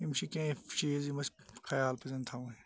یِم چھِ کینٛہہ چیٖز یِم أسۍ خَیال پَزَن تھاوٕنۍ